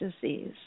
disease